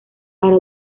para